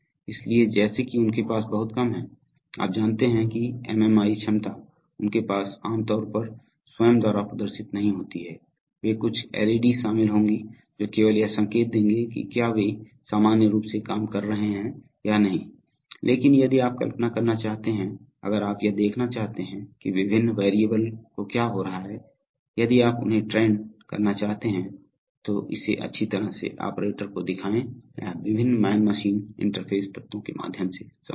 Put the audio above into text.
इसलिए जैसे कि उनके पास बहुत कम है आप जानते हैं कि एमएमआई क्षमता उनके पास आम तौर पर स्वयं द्वारा प्रदर्शित नहीं होती है वे कुछ एल ई डी शामिल होंगी जो केवल यह संकेत देंगे कि क्या वे सामान्य रूप से काम कर रहे हों या नहीं लेकिन यदि आप कल्पना करना चाहते हैं अगर आप यह देखना चाहते हैं कि विभिन्न वेरिएबल को क्या हो रहा है यदि आप उन्हें ट्रेंड करना चाहते हैं तो इसे अच्छी तरह से ऑपरेटर को दिखाएं यह विभिन्न मैन मशीन इंटरफ़ेस तत्वों के माध्यम से संभव है